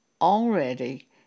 already